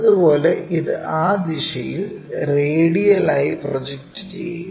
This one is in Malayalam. അതുപോലെ ഇത് ആ ദിശയിൽ റേഡിയലായി പ്രൊജക്റ്റ് ചെയ്യുക